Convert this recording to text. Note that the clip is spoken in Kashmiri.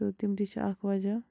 تہٕ تِم تہِ چھِ اَکھ وَجہ